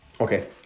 Okay